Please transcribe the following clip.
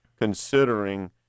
considering